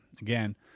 again